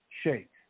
Shake